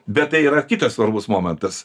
bet tai yra kitas svarbus momentas